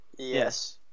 Yes